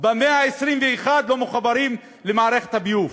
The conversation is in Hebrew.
במאה ה-21 לא מחוברים למערכת הביוב.